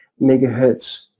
megahertz